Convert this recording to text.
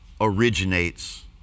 originates